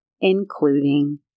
including